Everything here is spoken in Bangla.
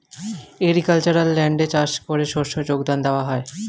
অ্যাগ্রিকালচারাল ল্যান্ডে চাষ করে শস্য যোগান দেওয়া হয়